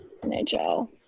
NHL